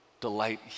delight